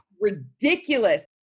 ridiculous